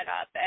up